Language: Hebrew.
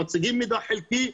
מציגים מידע חלקי,